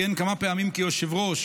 כיהן כמה פעמים כיושב-ראש